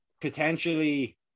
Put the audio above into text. potentially